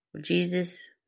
Jesus